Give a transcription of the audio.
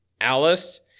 Alice